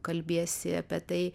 kalbiesi apie tai